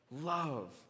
love